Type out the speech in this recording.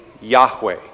Yahweh